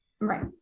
Right